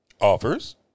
Offers